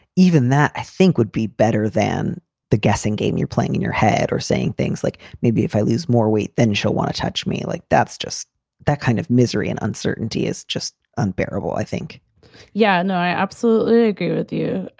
even that, i think, would be better than the guessing game you're playing in your head or saying things like, maybe if i lose more weight, then she'll want to touch me. like, that's just that kind of misery and uncertainty is just unbearable. i think yeah. no, i absolutely agree with you,